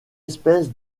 espèce